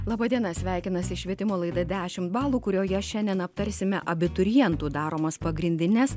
laba diena sveikinasi švietimo laida dešimt balų kurioje šiandien aptarsime abiturientų daromas pagrindines